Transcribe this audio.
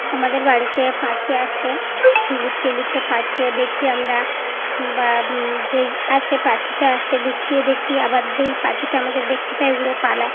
আমাদের বাড়িতে পাখি আসে লুকিয়ে লুকিয়ে পাখিও দেখি আমরা বা যেই আসে পাখিটা আসে লুকিয়ে দেখি আবার যেই পাখিটা আমাদের দেখতে পাই উড়ে পালায়